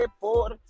por